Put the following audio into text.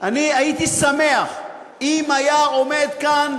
אני הייתי שמח אם היה עומד כאן